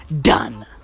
done